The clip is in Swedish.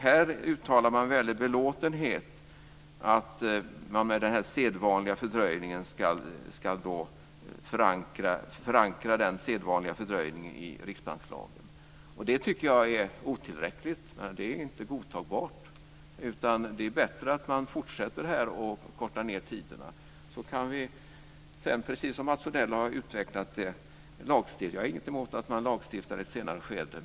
Här uttalar man med väldig belåtenhet att man ska förankra den sedvanliga fördröjningen i riksbankslagen. Det tycker jag är otillräckligt. Det är inte godtagbart. Det är bättre att man fortsätter att korta ned tiderna. Sedan kan vi, precis som Mats Odell har utvecklat det, lagstifta. Jag har inget emot att man lagstiftar i ett senare skede.